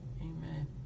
amen